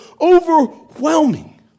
overwhelming